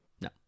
No